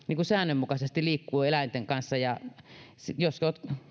säännönmukaisesti liikkuu eläinten kanssa koska jos